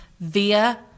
via